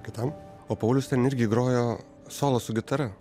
kitam o paulius ten irgi grojo solo su gitara